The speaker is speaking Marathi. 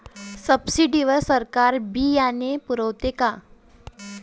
सब्सिडी वर सरकार बी बियानं पुरवते का?